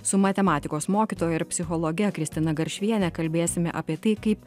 su matematikos mokytoja ir psichologe kristina garšviene kalbėsime apie tai kaip